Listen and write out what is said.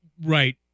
Right